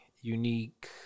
Unique